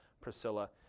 Priscilla